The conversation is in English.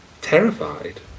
terrified